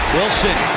Wilson